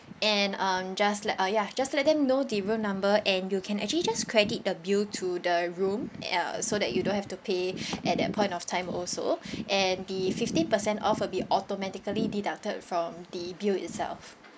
and um just let uh ya just let them know the room number and you can actually just credit the bill to the room uh so that you don't have to pay at that point of time also and the fifteen percent off will be automatically deducted from the bill itself